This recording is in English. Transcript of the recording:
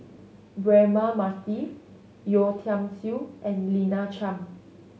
Braema Mathi Yeo Tiam Siew and Lina Chiam